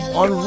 on